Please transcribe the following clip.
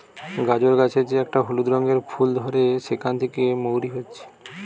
গাজর গাছের যে একটা হলুদ রঙের ফুল ধরে সেখান থিকে মৌরি হচ্ছে